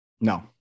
No